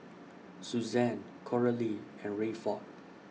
Suzanne Coralie and Rayford